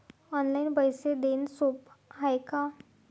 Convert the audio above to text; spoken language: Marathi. ऑनलाईन पैसे देण सोप हाय का?